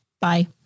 Bye